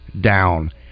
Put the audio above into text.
down